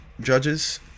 judges